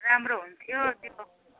राम्रो हुन्थ्यो